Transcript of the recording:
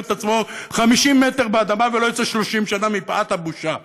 את עצמו 50 מטר באדמה ולא היה יוצא 30 שנה מפאת הבושה,